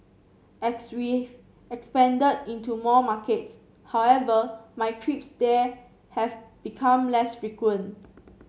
we've expanded into more markets however my trips there have become less frequent